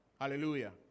Hallelujah